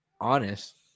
honest